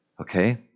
Okay